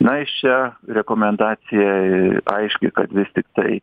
na iš čia rekomendacija aiški kad vis tiktai